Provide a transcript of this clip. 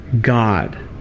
God